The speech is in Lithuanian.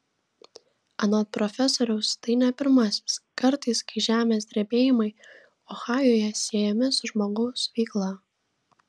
anot profesoriaus tai ne pirmasis kartais kai žemės drebėjimai ohajuje siejami su žmogaus veikla